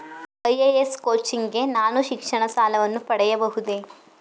IAS coaching ಗೆ ನಾನು ಶಿಕ್ಷಣ ಸಾಲವನ್ನು ಪಡೆಯಬಹುದೇ?